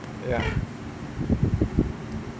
ya